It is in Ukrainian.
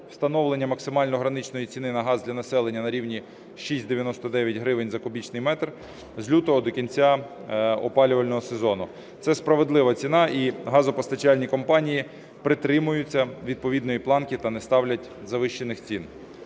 встановлення максимально граничної ціни на газ для населення на рівні 6,99 гривень за кубічний метр з лютого до кінця опалювального сезону. Це справедлива ціна, і газопостачальні компанії притримуються відповідної планки та не ставлять завищених цін.